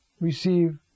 receive